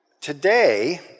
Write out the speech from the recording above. today